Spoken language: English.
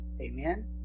Amen